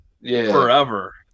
forever